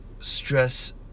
stress